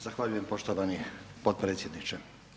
Zahvaljujem poštovani potpredsjedniče.